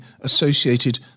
associated